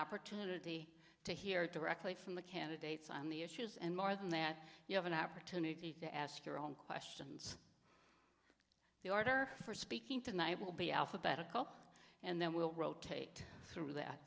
opportunity to hear directly from the candidates on the issues and more than that you have an opportunity to ask your own questions the order for speaking tonight will be alphabetical and then we'll rotate through th